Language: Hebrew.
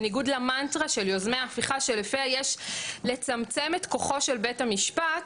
בניגוד למנטרה של יוזמי ההפיכה שלפיה יש לצמצם את כוחו של בית המשפט,